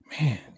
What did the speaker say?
Man